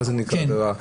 מה נקראת עבירה,